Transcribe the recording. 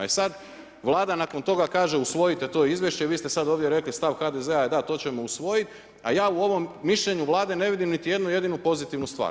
I sad Vlada nakon toga kaže usvojite to izvješće i vi ste sad ovdje rekli stav HDZ-a je da, to ćemo usvojit, a ja u ovom mišljenju Vlade ne vidim niti jednu jedinu pozitivnu stvar.